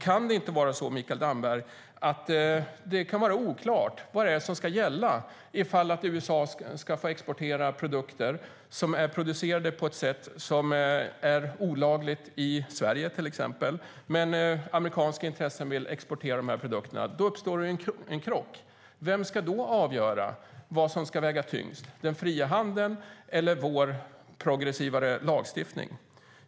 Kan det inte vara så, Mikael Damberg, att det kan vara oklart vad som ska gälla om USA ska få exportera produkter som är producerade på ett sätt som är olagligt i till exempel Sverige? Amerikanska intressen vill exportera de produkterna, och då uppstår en krock. Vem ska avgöra vad som ska väga tyngst, den fria handeln eller vår progressivare lagstiftning?